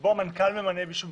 שבו המנכ"ל ממנה מישהו במקומו.